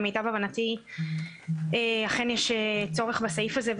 למיטב הבנתי אכן יש צורך בסעיף הזה,